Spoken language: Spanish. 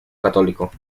católico